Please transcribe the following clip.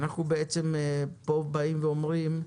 אנחנו פה באים אומרים: